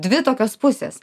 dvi tokios pusės